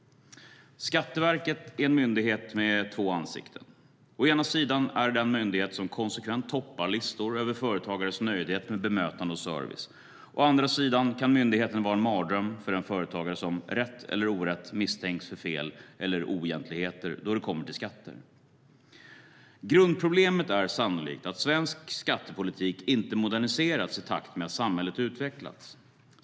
Skatteverket är en myndighet med två ansikten. Å ena sidan är det den myndighet som konsekvent toppar listor över företagares nöjdhet med bemötande och service. Å andra sidan kan myndigheten vara en mardröm för den företagare som, rätt eller orätt, misstänks för fel eller oegentligheter då det kommer till skatter. Grundproblemet är sannolikt att svensk skattepolitik inte moderniserats i takt med att samhället utvecklats.